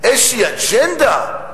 איזושהי אג'נדה,